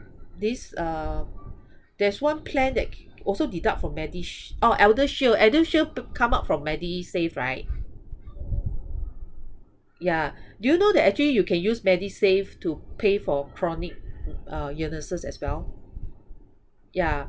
this uh there's one plan that also deduct from medish~ orh eldershield eldershield p~ come out from medisave right yeah do you know that actually you can use medisave to pay for chronic uh illnesses as well yeah